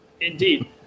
indeed